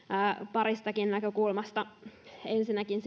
paristakin näkökulmasta ensinnäkin